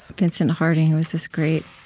vincent harding was this great